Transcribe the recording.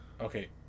Okay